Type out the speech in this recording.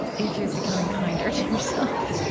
if you're becoming kinder to yourself.